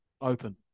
Open